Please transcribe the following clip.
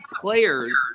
players